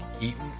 Eaten